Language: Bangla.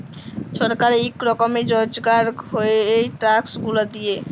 ছরকারের ইক রকমের রজগার হ্যয় ই ট্যাক্স গুলা দিঁয়ে